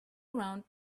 around